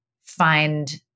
find